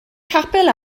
capel